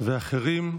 ואחרים.